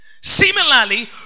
Similarly